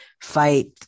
fight